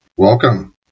Welcome